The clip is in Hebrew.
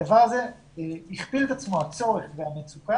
הדבר הזה הכפיל את עצמו, הצורך והמצוקה,